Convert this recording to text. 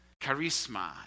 Charisma